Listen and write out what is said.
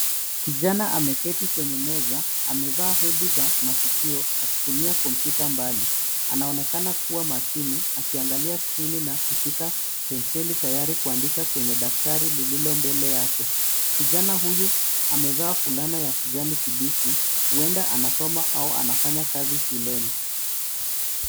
Kijana ameketi kwenye meza, amevaa hedi za masikio akitumia kompyuta mbali. Anaonekana kuwa makini akiangalia skrini na kushika penseli tayari kuandika kwenye daftari lililo mbele yake. Kijana huyu amevaa fulana ya kijani kibichi , huenda anasoma au anafanya kazi shuleni.